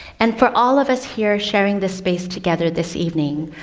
and for all of us here sharing the space together this evening,